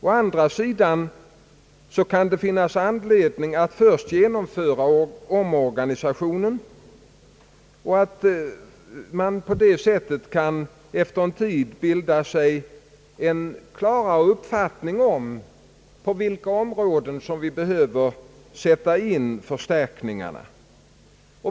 Å andra sidan kan det finnas anledning att först genomföra omorganisationen, för att man därigenom efter en tid skall kunna bilda sig en klarare uppfattning om på vilka områden förstärkningar behöver sättas in.